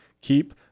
keep